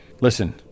Listen